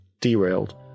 derailed